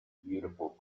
beautiful